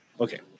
Okay